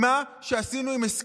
אם התשובה נוחה לי אז אני,